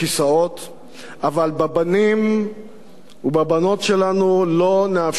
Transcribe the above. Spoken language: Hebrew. אבל בבנים ובבנות שלנו לא נאפשר לך לספסר.